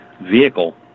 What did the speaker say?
vehicle